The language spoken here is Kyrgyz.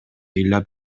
ыйлап